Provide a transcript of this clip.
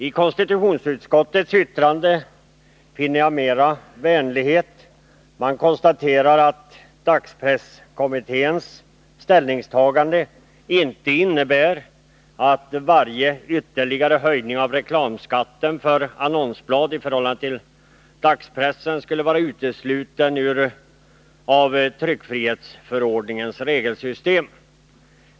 I konstitutionsutskottets yttrande finner jag mera vänlighet. Man konstaterar att dagspresskommitténs ställningstagande inte innebär att varje ytterligare höjning av reklamskatten för annonsblad i förhållande till dagspressen skulle vara utesluten av tryckfrihetsförordningens regelsystem.